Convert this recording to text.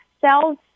cells